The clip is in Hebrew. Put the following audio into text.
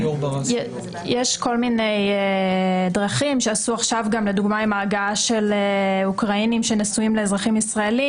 יש כל מיני דרכים כמו ההגעה של אוקראינים שנשואים לאזרחים ישראלים,